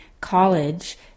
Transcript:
college